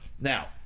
Now